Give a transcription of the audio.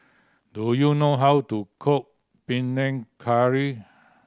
do you know how to cook Panang Curry